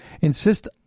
Insist